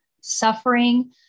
suffering